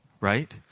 Right